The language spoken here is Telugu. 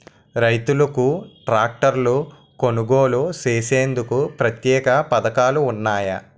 రైతులకు ట్రాక్టర్లు కొనుగోలు చేసేందుకు ప్రత్యేక పథకాలు ఉన్నాయా?